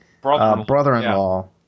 brother-in-law